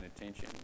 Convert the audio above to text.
attention